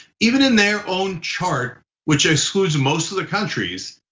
even in their own chart, which excludes most of the countries,